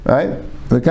Right